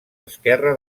esquerra